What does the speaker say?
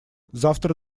завтра